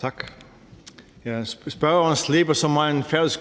Tak. Spørgeren slæber så meget færøsk